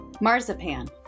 Marzipan